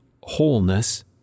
wholeness